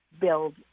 build